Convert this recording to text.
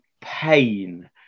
pain